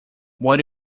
what